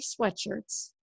sweatshirts